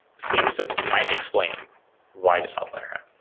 things that might explain why this outlier